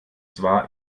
zwar